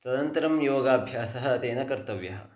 तदन्तरं योगाभ्यासः तेन कर्तव्यः